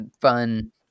fun